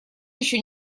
ещё